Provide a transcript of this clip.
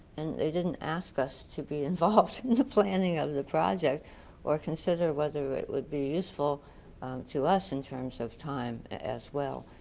and they didn't' ask us to be involved in it the planning of the project or consider whether it would be useful to us in terms of time as well.